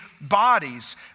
bodies